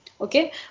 okay